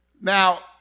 Now